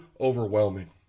overwhelming